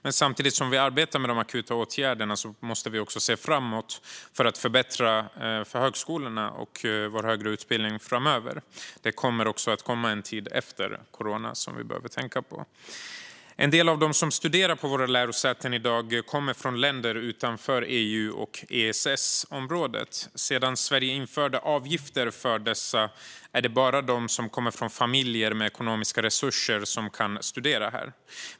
Men samtidigt som vi arbetar med de akuta åtgärderna måste vi se framåt för att förbättra för högskolorna och den högre utbildningen framöver. Det kommer också en tid efter corona som vi behöver tänka på. En del av dem som studerar på våra lärosäten i dag kommer från länder utanför EU och EES-området. Sedan Sverige införde avgifter för dessa är det bara de som kommer från familjer med ekonomiska resurser som kan studera här.